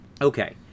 Okay